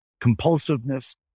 compulsiveness